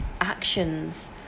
actions